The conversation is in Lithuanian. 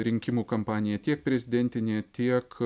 rinkimų kampanija tiek prezidentinė tiek